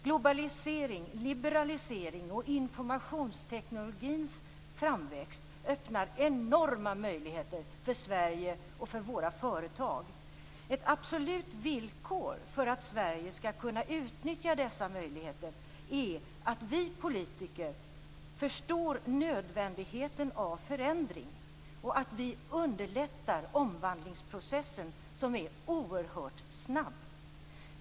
Globalisering, liberalisering och informationsteknikens framväxt öppnar enorma möjligheter för Sverige och för våra företag. Ett absolut villkor för att Sverige skall kunna utnyttja dessa nya möjligheter är att vi politiker förstår nödvändigheten av förändring och att vi underlättar omvandlingsprocessen, som är oerhört snabb.